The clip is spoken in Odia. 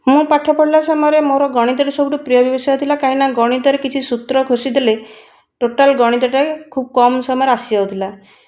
ମୁଁ ପାଠ ପଢ଼ିବା ସମୟରେ ମୋର ଗଣିତରେ ସବୁଠାରୁ ପ୍ରିୟ ବିଷୟ ଥିଲା କାଇଁକି ନା ଗଣିତରେ କିଛି ସୂତ୍ର ଘୋଷିଦେଲେ ଟୋଟାଲ ଗଣିତ ଟା ଖୁବ କମ ସମୟରେ ଆସି ଯାଉଥିଲା